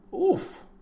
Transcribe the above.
Oof